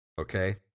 okay